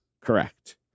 Correct